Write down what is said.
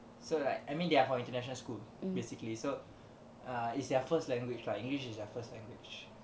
so like I mean they are from international school basically so uh it's their first language lah english is their first language